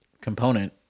component